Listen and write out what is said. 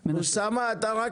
רות, רות.